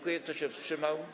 Kto się wstrzymał?